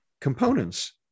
components